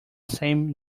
same